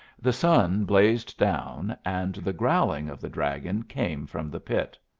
the sun blazed down, and the growling of the dragon came from the pit.